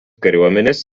kariuomenės